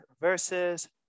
versus